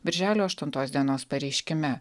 birželio aštuntos dienos pareiškime